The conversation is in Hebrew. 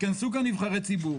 התכנסו כאן נבחרי ציבור,